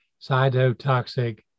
cytotoxic